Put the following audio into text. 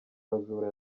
bajura